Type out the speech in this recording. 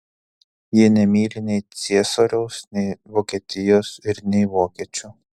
jie nemyli nei ciesoriaus nei vokietijos ir nei vokiečių